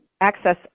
access